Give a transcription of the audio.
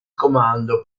comando